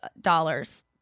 dollars